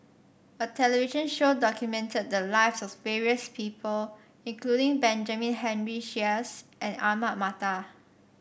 a television show documented the lives of various people including Benjamin Henry Sheares and Ahmad Mattar